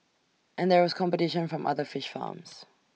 and there was competition from other fish farms